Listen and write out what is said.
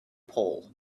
pole